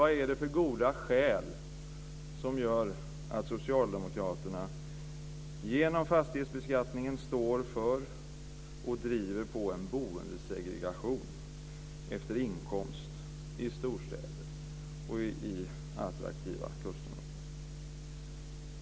Vad är det för goda skäl som gör att socialdemokraterna genom fastighetsbeskattningen står för och driver på en boendesegregation efter inkomst i storstäder och i attraktiva kustområden?